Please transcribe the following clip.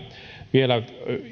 vielä